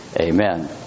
amen